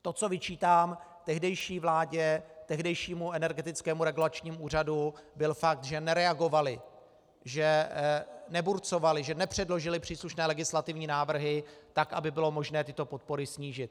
To, co vyčítám tehdejší vládě, tehdejšímu Energetickému regulačnímu úřadu, byl fakt, že nereagovaly, že neburcovaly, že nepředložily příslušné legislativní návrhy tak, aby bylo možné tyto podpory snížit.